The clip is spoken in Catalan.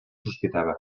sospitava